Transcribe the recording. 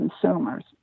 consumers